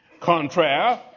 Contrary